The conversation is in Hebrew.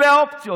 אלה האופציות.